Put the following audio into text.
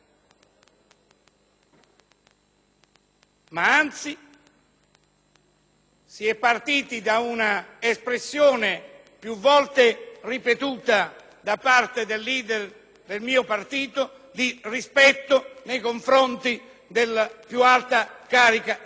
anzi si è partiti da un'espressione più volte ripetuta da parte del *leader* del mio partito, di rispetto nei confronti della più alta carica dello Stato.